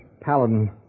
Paladin